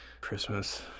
Christmas